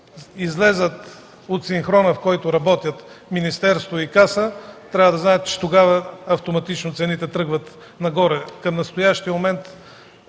излязат от синхрона, в който работят министерството и Касата, трябва да знаете, че тогава цените автоматично тръгват нагоре. Към настоящия момент